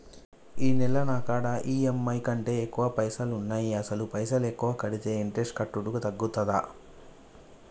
ఈ నెల నా కాడా ఈ.ఎమ్.ఐ కంటే ఎక్కువ పైసల్ ఉన్నాయి అసలు పైసల్ ఎక్కువ కడితే ఇంట్రెస్ట్ కట్టుడు తగ్గుతదా?